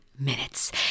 Minutes